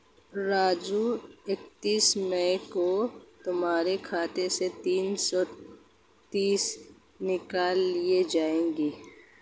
राजू इकतीस मई को तुम्हारे खाते से तीन सौ तीस निकाल ली जाएगी